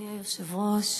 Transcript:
אדוני היושב-ראש,